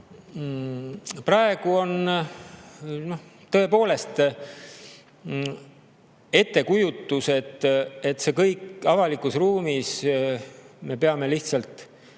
praegu on tõepoolest ettekujutus, et avalikus ruumis me peame lihtsalt